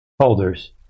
holders